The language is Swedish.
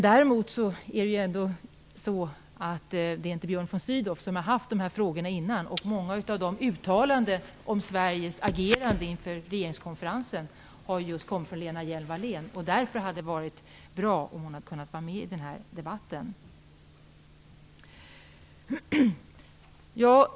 Däremot är det inte Björn von Sydow som har haft de här frågorna tidigare, och många av de uttalanden om Sveriges agerande inför EU-konferensen har just kommit från Lena Hjelm-Wallén. Därför hade det varit bra om hon hade kunnat vara med i den här debatten.